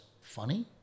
funny